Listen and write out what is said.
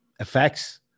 effects